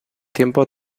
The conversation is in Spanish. tiempo